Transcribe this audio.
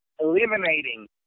eliminating